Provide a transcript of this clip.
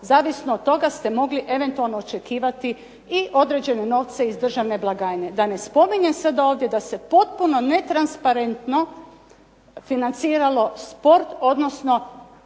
zavisno od toga ste mogli eventualno očekivati i određene novce iz državne blagajne. Da ne spominjem sad ovdje da se potpuno netransparentno financiralo sport, odnosno